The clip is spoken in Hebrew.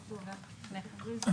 ובבקשה.